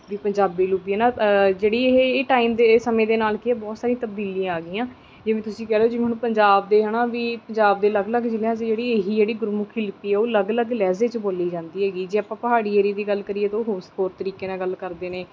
ਵੀ ਪੰਜਾਬੀ ਲਿਪੀ ਹੈ ਨਾ ਜਿਹੜੀ ਇਹ ਇਹ ਟਾਈਮ ਦੇ ਸਮੇਂ ਦੇ ਨਾਲ ਕੀ ਆ ਬਹੁਤ ਸਾਰੀ ਤਬਦੀਲੀ ਆ ਗਈਆਂ ਜਿਵੇਂ ਤੁਸੀਂ ਕਹਿ ਲਓ ਜਿਵੇਂ ਹੁਣ ਪੰਜਾਬ ਦੇ ਹੈ ਨਾ ਵੀ ਪੰਜਾਬ ਦੇ ਅਲੱਗ ਅਲੱਗ ਜ਼ਿਲ੍ਹਿਆਂ 'ਚ ਜਿਹੜੀ ਇਹੀ ਜਿਹੜੀ ਗੁਰਮੁਖੀ ਲਿਪੀ ਆ ਉਹ ਅਲੱਗ ਅਲੱਗ ਲਹਿਜ਼ੇ 'ਚ ਬੋਲੀ ਜਾਂਦੀ ਹੈਗੀ ਜੇ ਆਪਾਂ ਪਹਾੜੀ ਏਰੀਏ ਦੀ ਗੱਲ ਕਰੀਏ ਤਾਂ ਉਹ ਹੋਸ ਹੋਰ ਤਰੀਕੇ ਨਾਲ ਗੱਲ ਕਰਦੇ ਨੇ